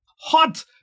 Hot